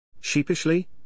Sheepishly